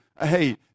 Hey